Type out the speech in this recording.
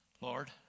Lord